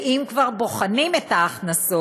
ואם כבר בוחנים את ההכנסות,